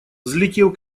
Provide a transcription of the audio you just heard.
взлетев